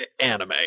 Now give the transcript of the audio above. Anime